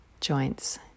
joints